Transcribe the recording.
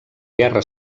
guerra